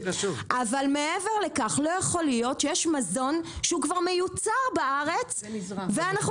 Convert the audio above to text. אבל מעבר לכך לא יכול להיות שיש מזון שהוא כבר מיוצר בארץ ואנחנו